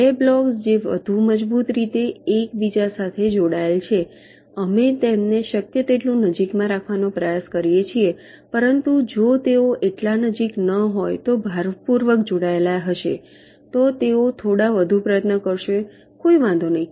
બે બ્લોક્સ જે વધુ મજબૂત રીતે એક સાથે જોડાયેલા છે અમે તેમને શક્ય તેટલું નજીકમાં રાખવાનો પ્રયાસ કરીએ છીએ પરંતુ જો તેઓ એટલા નજીક ન હોય તો ભારપૂર્વક જોડાયેલા હશે તો તેઓ થોડા વધુ પ્રયત્નો કરશે કોઈ વાંધો નથી